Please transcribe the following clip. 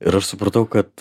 ir aš supratau kad